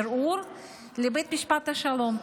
ערעור לבית המשפט השלום.